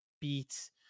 beat